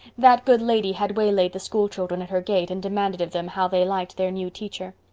that good lady had waylaid the schoolchildren at her gate and demanded of them how they liked their new teacher.